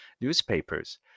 newspapers